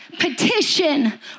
Petition